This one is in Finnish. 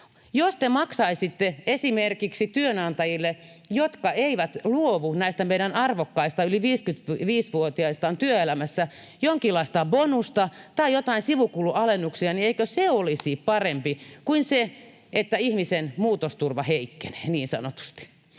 Jos te maksaisitte esimerkiksi työnantajille, jotka eivät luovu näistä meidän arvokkaista yli 55-vuotiaista työelämässä, jonkinlaista bonusta tai jotain sivukulualennuksia, niin eikö se olisi parempi kuin se, että ihmisen muutosturva heikkenee niin sanotusti?